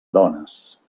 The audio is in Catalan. dones